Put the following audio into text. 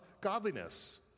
godliness